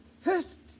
First